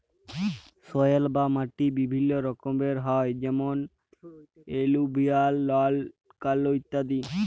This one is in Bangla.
সয়েল বা মাটি বিভিল্য রকমের হ্যয় যেমন এলুভিয়াল, লাল, কাল ইত্যাদি